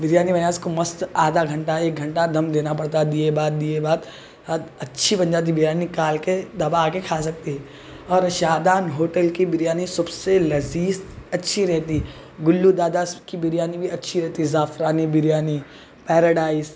بریانی بننے کے بعد اس کو مست آدھا گھنٹہ ایک گھنٹہ دم دینا پڑتا دیے بعد دیے بعد اچھی بن جاتی بریانی کال کے دبا کے کھا سکتے ہیں اور شادان ہوٹل کی بریانی سب سے لذیذ اچھی رہتی گلو دادا کی بریانی بھی اچھی رہتی زعفرانی بریانی پیراڈائز